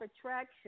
attraction